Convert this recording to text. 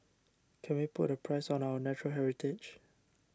can we put a price on our natural heritage